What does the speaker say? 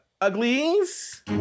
uglies